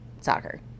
soccer